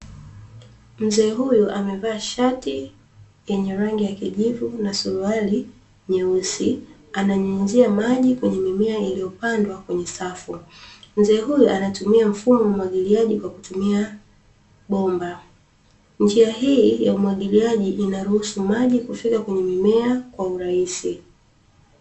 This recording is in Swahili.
Mzee huyu amevaa shati yanye rangi ya kijivu na suruali nyeusi, ananyunyizia maji kwenye mimea iliyopandwa kwenye safu. Mzee huyu anatumia mifumo ya umwagiliaji kwa kutumia bomba. Njia hii ya umwagiliaji ina ruhusu maji kufika kwenye mimea kwa urahisi.